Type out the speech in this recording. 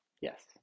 Yes